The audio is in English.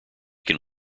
can